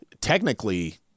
technically